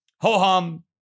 Ho-hum